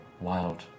Wild